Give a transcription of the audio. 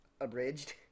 Abridged